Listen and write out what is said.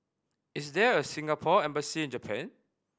is there a Singapore Embassy in Japan